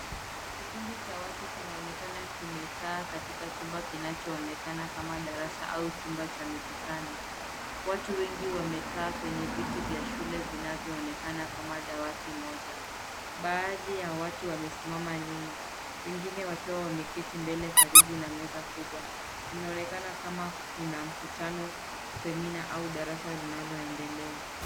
Kikundi cha watu kinaonekana kimekaa katika chumba kinachoonekana kama darasa au chumba cha mikutano. Watu wengi wamekaa kwenye viti vya shule vinavyoonekana kama dawati moja. Baadhi ya watu wamesimama nyuma, wengine wakiwa wameketi mbele karibu na meza kubwa. Inaonekana kama kuna mkutano, semina au darasa linaloendelea.